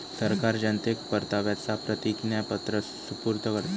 सरकार जनतेक परताव्याचा प्रतिज्ञापत्र सुपूर्द करता